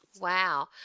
Wow